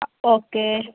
ആ ഓക്കെ